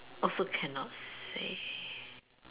also cannot say